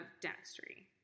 dentistry